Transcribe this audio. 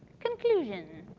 conclusion.